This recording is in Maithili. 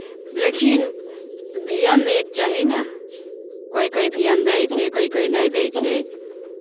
लेकिन धियान दयके चाही ने कोइ कोइ धियान दै छै कोइ कोइ नहि दै छै